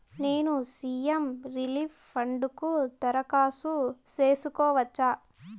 నేను CM relief fund కు దరఖాస్తు సేసుకోవచ్చా?